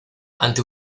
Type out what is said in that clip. ante